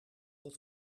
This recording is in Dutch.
dat